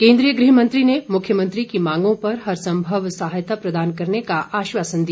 केन्द्रीय गृहमंत्री ने मुख्यमंत्री की मांगों पर हर संभव सहायता प्रदान करने का आश्वासन दिया